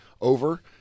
over